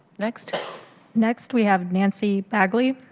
next next we have nancy paglia.